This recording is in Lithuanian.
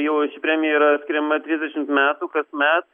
jau ši premjera yra skiriama trisdešimt metų kasmet